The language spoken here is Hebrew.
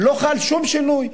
לא חל שום שינוי.